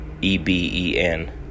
E-B-E-N